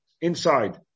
inside